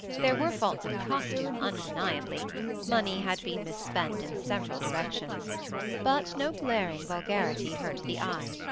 there were faults of costume undeniably money had been misspent in several directions but no glaring vulgarity hurt the eye.